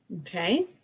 Okay